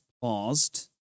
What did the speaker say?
paused